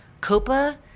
COPA